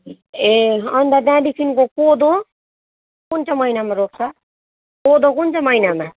ए अन्त त्यहाँदेखिको कोदो कुन चाहिँ महिनामा रोप्छ कोदो कुन चाहिँ महिनामा